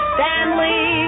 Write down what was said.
Stanley